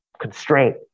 constraint